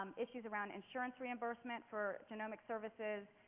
um issues around insurance reimbursement for genomic services,